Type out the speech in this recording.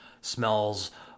smells